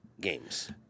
games